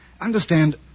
Understand